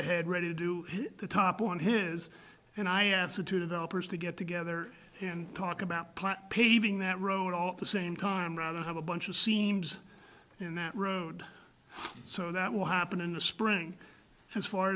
ahead ready to do the top on his and i asked her to developers to get together and talk about paving that road all at the same time rather have a bunch of seams and that road so that will happen in the spring as far